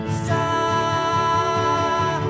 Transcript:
star